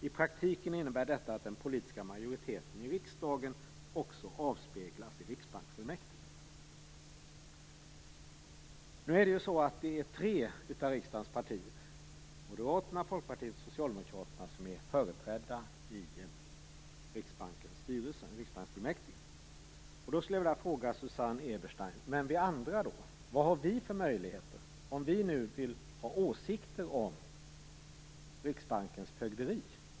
I praktiken innebär detta att den politiska majoriteten i riksdagen också avspeglas i riksbanksfullmäktige." Tre av riksdagens partier, Moderaterna, Folkpartiet och Socialdemokraterna, är företrädda i riksbanksfullmäktige. Jag skulle vilja fråga Susanne Eberstein: Men vi andra, då? Vad har vi för möjligheter om vi vill ha åsikter om Riksbankens fögderi?